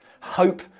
Hope